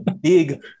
big